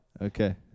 Okay